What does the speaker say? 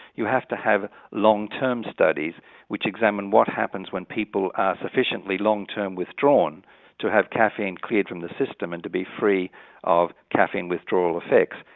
you have to have long term studies which examine what happens when people are sufficiently long term withdrawn to have caffeine cleared from the system and to be free of caffeine withdrawal effects,